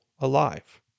alive